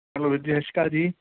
hello ਵੀਰ ਜੀ ਸਤਿ ਸ਼੍ਰੀ ਅਕਾਲ ਜੀ